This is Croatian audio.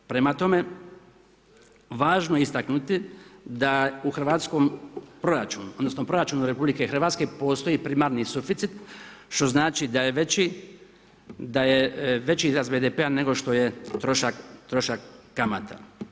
Prema tome, važno je istaknuti da u hrvatskom proračunu, odnosno proračunu RH postoji primarni suficit što znači da je veći, da je veći rast BDP-a nego što je trošak kamata.